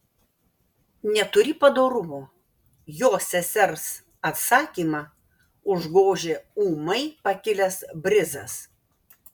neturi padorumo jo sesers atsakymą užgožė ūmai pakilęs brizas